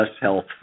health